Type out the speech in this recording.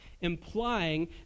implying